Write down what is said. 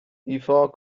ایفا